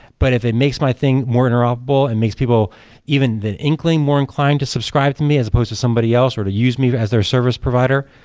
but if it makes my thing more interoperable and makes people even the inkling more inclined to subscribe to me as opposed to somebody else, or to use me as their service provider,